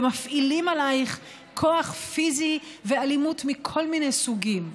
ומפעילים עלייך כוח פיזי ואלימות מכל מיני סוגים.